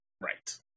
Right